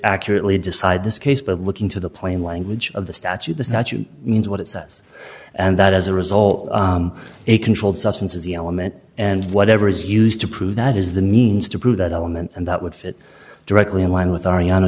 accurately decide this case but looking to the plain language of the statue the statute means what it says and that as a result of a controlled substance is the element and whatever is used to prove that is the means to prove that element and that would fit directly in line with a